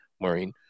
Maureen